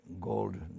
gold